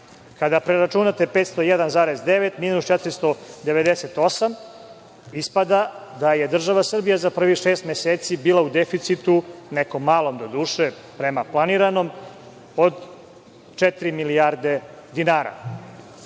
preračunate 501,9 minus 498, ispada da je država Srbija za prvih šest meseci bila u deficitu, nekom malom doduše prema planiranom, od četiri milijarde dinara.